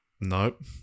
Nope